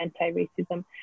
anti-racism